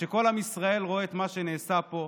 כל עם ישראל רואה את מה שנעשה פה,